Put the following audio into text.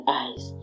eyes